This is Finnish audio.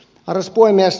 arvoisa puhemies